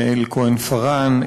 יעל כהן-פארן,